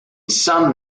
some